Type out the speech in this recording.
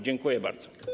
Dziękuję bardzo.